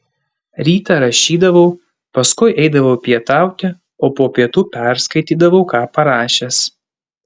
rytą rašydavau paskui eidavau pietauti o po pietų perskaitydavau ką parašęs